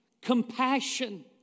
compassion